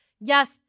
yes